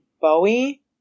Bowie